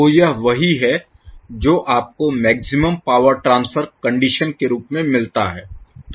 तो यह वही है जो आपको मैक्सिमम पावर ट्रांसफर कंडीशन के रूप में मिलता है